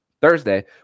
Thursday